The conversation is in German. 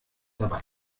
dabei